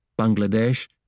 Bangladesh